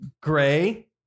Gray